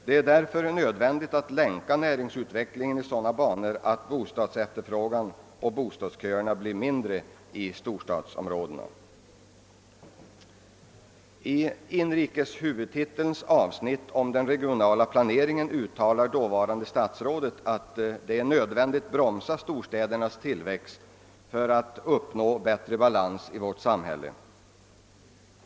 Det är därför nödvändigt att länka näringsutvecklingen i sådana banor att bostadsefterfrågan och bostadsköerna blir mindre i storstadsområdena. I inrikeshuvudtitelns avsnitt om den regionala planeringen uttalar dåvarande inrikesministern att det är nödvändigt att bromsa storstädernas tillväxt för att uppnå bättre balans i vårt samhälle.